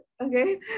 okay